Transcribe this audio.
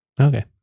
Okay